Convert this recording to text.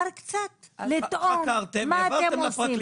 קצת, לטעום, מה אתם עושים?